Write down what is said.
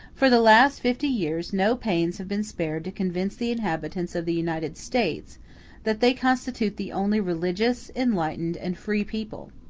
for the last fifty years no pains have been spared to convince the inhabitants of the united states that they constitute the only religious, enlightened, and free people.